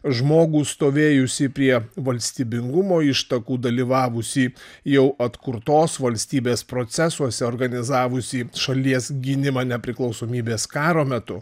žmogų stovėjusį prie valstybingumo ištakų dalyvavusį jau atkurtos valstybės procesuose organizavusį šalies gynimą nepriklausomybės karo metu